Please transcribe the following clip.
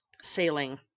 sailing